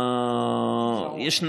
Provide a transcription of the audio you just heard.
בסרטן, אבל